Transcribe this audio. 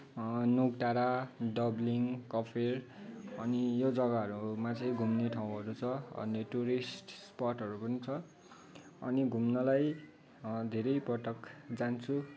नोक डाँडा डाब्लिङ कफेर अनि यो जग्गाहरूमा चाहिँ घुम्ने ठाउँहरू छ अनि टुरिस्ट स्पोटहरू पनि छ अनि घुम्नलाई धेरैपटक जान्छु